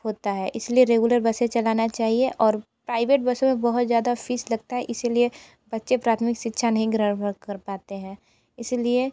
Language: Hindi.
होता है इसलिए रेगुलर बसें चलाना चाहिए और प्राइवेट बसों में बहुत ज़्यादा फीस लगता है इसीलिए बच्चे प्राथमिक शिक्षा नहीं ग्रहण कर पाते हैं इसलिए